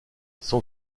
son